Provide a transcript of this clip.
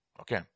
Okay